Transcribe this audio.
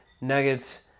Nuggets